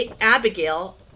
Abigail